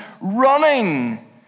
running